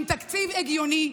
עם תקציב הגיוני,